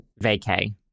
vacay